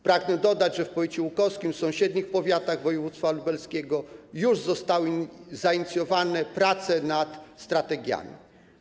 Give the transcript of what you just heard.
Pragnę dodać, że w powiecie łukowskim i sąsiednich powiatach województwa lubelskiego już zostały zainicjowane prace nad strategiami.